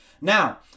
Now